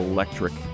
Electric